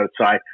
outside